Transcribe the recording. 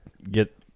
get